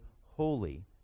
holy